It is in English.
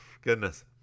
Goodness